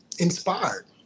inspired